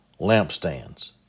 lampstands